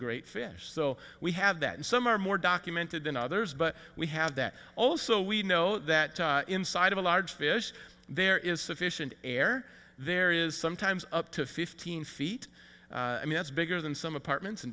great fish so we have that and some are more documented than others but we have that also we know that inside of a large fish there is sufficient air there is sometimes up to fifteen feet i mean it's bigger than some apartments